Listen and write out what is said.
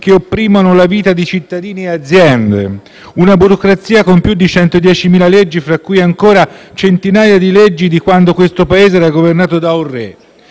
che opprimono la vita di cittadini e aziende, una burocrazia con più di 110.000 leggi fra cui ancora centinaia di quando questo Paese era governato da un re.